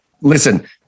Listen